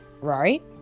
right